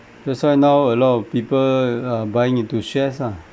that's why now a lot of people are buying into shares ah